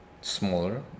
smaller